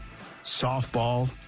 softball